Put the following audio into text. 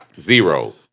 Zero